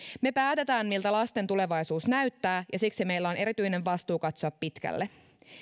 me päätämme miltä lasten tulevaisuus näyttää ja siksi meillä on erityinen vastuu katsoa pitkälle